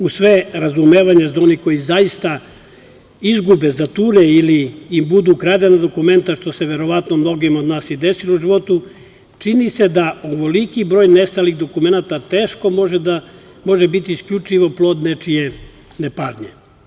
Uz sve razumevanje za one koji zaista izgube, zature ili im budu ukradena dokumenta, što se verovatno mnogima od nas i desilo u životu, čini se da ovoliki broj nestalih dokumenata teško može biti isključivo plod nečije nepažnje.